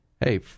hey